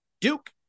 Duke